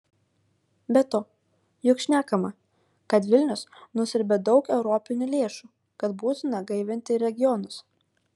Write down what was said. be to juk šnekama kad vilnius nusiurbia daug europinių lėšų kad būtina gaivinti regionus